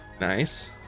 Nice